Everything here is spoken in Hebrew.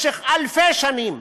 משך אלפי שנים,